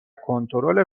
کنترل